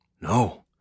No